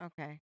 Okay